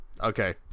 okay